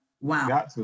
Wow